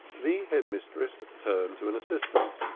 the head mistress turned to an assistant.